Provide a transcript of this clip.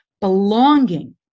Belonging